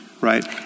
right